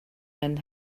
man